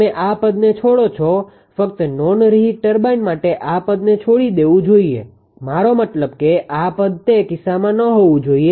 તમે આ પદને છોડો છો ફક્ત નોન રીહીટ ટર્બાઇન માટે આ પદને છોડી દેવુ જોઈએ મારો મતલબ કે આ પદ તે કિસ્સામાં ન હોવુ જોઈએ 𝐾𝑟1 છે